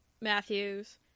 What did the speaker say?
Matthews